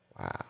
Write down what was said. Wow